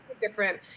different